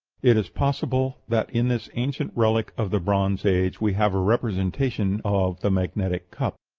it is possible that in this ancient relic of the bronze age we have a representation of the magnetic cup.